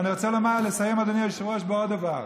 ואני רוצה לסיים, אדוני היושב-ראש, בעוד דבר.